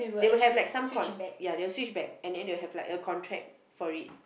they will have like some con ya they will switch back and then they will have like a contract for read